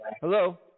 Hello